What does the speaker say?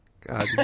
God